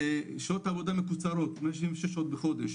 שעות עבודה מקוצרות 166 שעות בחודש.